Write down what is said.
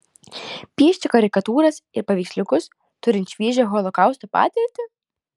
piešti karikatūras ir paveiksliukus turint šviežią holokausto patirtį